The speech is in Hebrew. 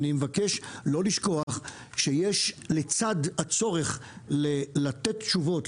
אני מבקש לא לשכוח שיש לצד הצורך לתת תשובות,